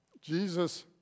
Jesus